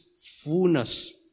fullness